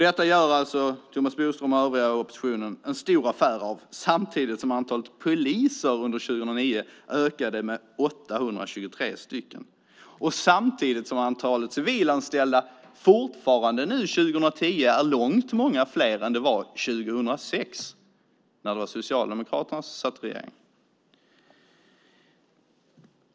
Detta gör Thomas Bodström och övriga i oppositionen en stor affär av, samtidigt som antalet poliser under 2009 ökade med 823 och samtidigt som antalet civilanställda 2010 fortfarande är långt större än det var 2006, när det var Socialdemokraterna som satt i regeringen.